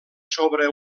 sobre